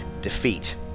Defeat